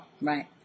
right